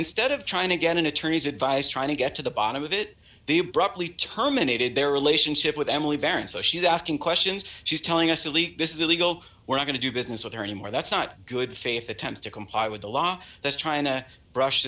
instead of trying to get an attorney's advice trying to get to the bottom of it the abruptly terminated their relationship with emily barron so she's asking questions she's telling us really this is illegal we're going to do business with her anymore that's not good faith attempts to comply with the law that's trying to brush